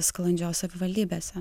sklandžios savivaldybėse